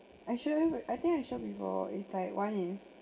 actually I think I shared before it's like one is